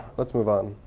let's move on.